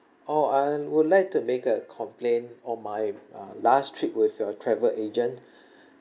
oh I would like to make a complaint on my uh last trip with your travel agent